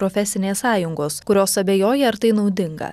profesinės sąjungos kurios abejoja ar tai naudinga